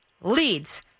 leads